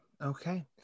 Okay